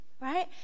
right